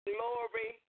Glory